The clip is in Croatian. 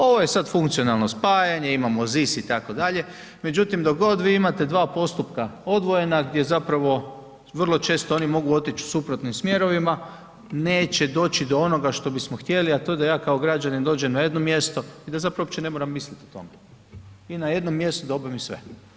Ovo je sad funkcionalno spajanje, imamo ZIS itd., međutim dok god vi imate 2 postupka odvojena gdje zapravo vrlo često oni mogu otić u suprotnim smjerovima, neće doći do onoga što bismo htjeli a to je da ja kao građanin dođem na jedno mjesto i da zapravo uopće ne moram misliti o tome. i na jednom mjestu da obavim sve.